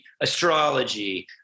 astrology